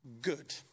good